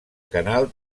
canal